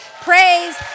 Praise